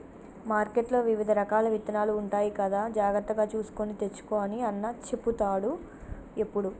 మార్కెట్లో వివిధ రకాల విత్తనాలు ఉంటాయి కదా జాగ్రత్తగా చూసుకొని తెచ్చుకో అని అన్న చెపుతాడు ఎప్పుడు